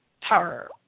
power